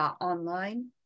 online